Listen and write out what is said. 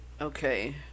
okay